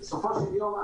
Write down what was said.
בסופו של יום,